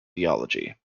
theology